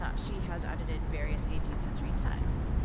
ah she has audited various eighteenth century texts.